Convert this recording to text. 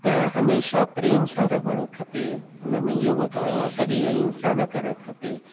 त हमेशह प्रेम सां रहणु खपे हुनमें इहो ॿुधायो आहे कॾहिं अहिंसा न करणु खपे